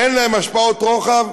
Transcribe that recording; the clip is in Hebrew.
שאין להם השפעות רוחב.